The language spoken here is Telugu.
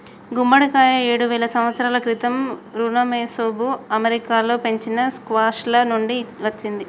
గుమ్మడికాయ ఏడువేల సంవత్సరాల క్రితం ఋమెసోఋ అమెరికాలో పెంచిన స్క్వాష్ల నుండి వచ్చింది